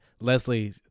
Leslie